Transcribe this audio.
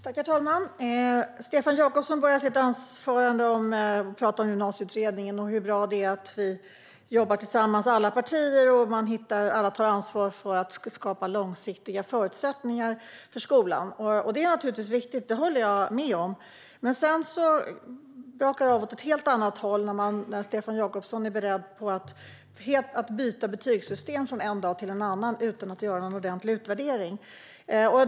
Herr talman! Stefan Jakobsson inledde sitt anförande med att tala om Gymnasieutredningen och hur bra det är att alla partier jobbar tillsammans och tar ansvar för att skapa långsiktiga förutsättningar för skolan. Detta är naturligtvis viktigt; det håller jag med om. Sedan brakar det dock iväg åt ett helt annat håll när Stefan Jakobsson är beredd att byta betygssystem från en dag till en annan utan att göra en ordentlig utvärdering.